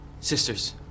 Sisters